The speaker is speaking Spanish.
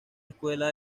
escuela